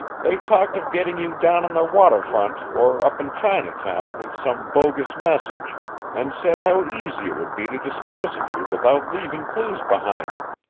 they talked of getting you down on the water-front or up in chinatown with some bogus message and said how easy it would be to dispose of you without leaving clues behind em.